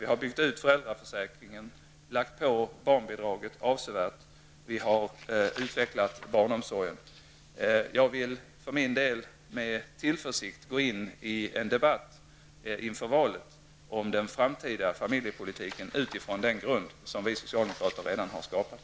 Vi har byggt ut föräldraförsäkringen, höjt barnbidragen avsevärt och utvecklat barnomsorgen. Jag går för min del med tillförsikt in i en debatt inför valet om den framtida familjepolitiken utifrån den grund som vi socialdemokrater redan har skapat.